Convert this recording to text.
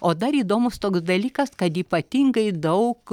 o dar įdomus toks dalykas kad ypatingai daug